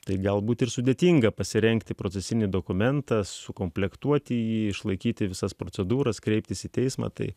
tai galbūt ir sudėtinga pasirengti procesinį dokumentą sukomplektuoti jį išlaikyti visas procedūras kreiptis į teismą tai